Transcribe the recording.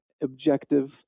objective